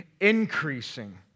increasing